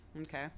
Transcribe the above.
Okay